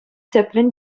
тӗплӗн